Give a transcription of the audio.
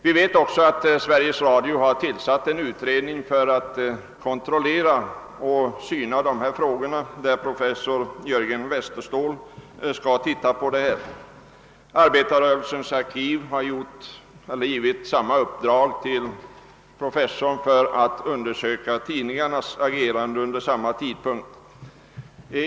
Vi vet också att Sveriges Radio har tillsatt en utredning under ledning av professor Jörgen Westerståhl för att kontrollera och syna dessa frågor. Vidare har arbetarrörelsens arkiv uppdragit åt professor Westerståhl att undersöka tidningarnas agerande vid samma tidpunkt.